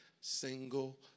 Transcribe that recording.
single